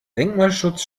denkmalschutz